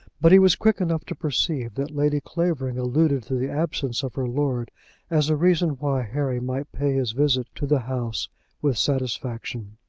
but he was quick enough to perceive that lady clavering alluded to the absence of her lord as a reason why harry might pay his visit to the house with satisfaction.